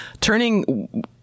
turning